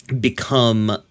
Become